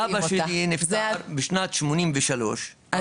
אבא שלי נפטר בשנת 1983,